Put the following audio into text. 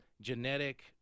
genetic